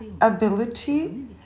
ability